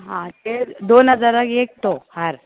आं ते दोन हजाराक एक तो हार